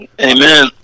Amen